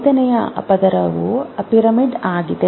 ಐದನೇ ಪದರವು ಪಿರಮಿಡಲ್ ಆಗಿದೆ